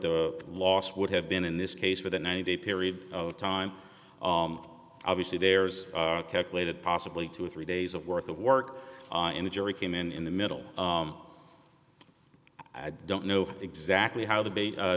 the loss would have been in this case for the ninety day period of time obviously there's calculated possibly two or three days of worth of work in the jury came in in the middle i don't know exactly how